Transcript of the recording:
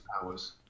powers